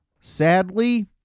sadly